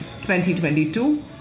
2022